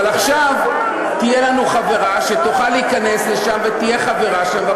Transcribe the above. אבל עכשיו תהיה לנו חברה שתוכל להיכנס לשם ותהיה חברה שם,